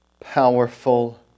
powerful